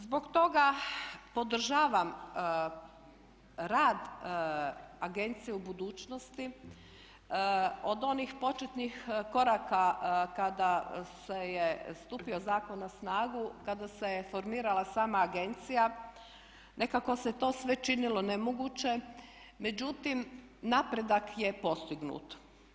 Zbog toga podržavam rad agencije u budućnosti od onih početnih koraka kada je stupio zakon na snagu, kada se formirala sama agencija nekako se to sve činilo nemoguće, međutim napredak je postignut.